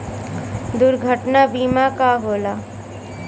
दुर्घटना बीमा का होला?